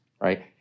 right